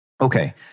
Okay